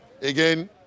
again